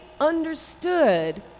understood